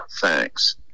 Thanks